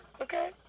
Okay